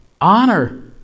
honor